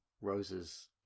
Rose's